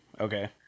Okay